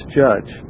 judge